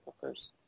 first